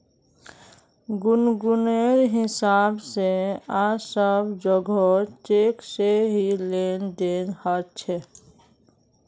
गुनगुनेर हिसाब से आज सब जोगोह चेक से ही लेन देन ह छे